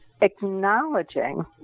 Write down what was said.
Acknowledging